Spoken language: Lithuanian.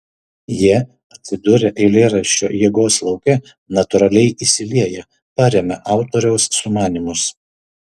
jie atsidūrę eilėraščio jėgos lauke natūraliai įsilieja paremia autoriaus sumanymus